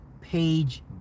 page